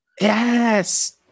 yes